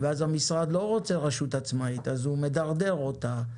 המשרד לא רוצה רשות עצמאית אז הוא מדרדר אותה,